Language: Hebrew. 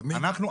אנחנו,